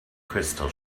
crystal